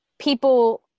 people